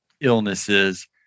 illnesses